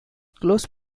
close